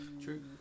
true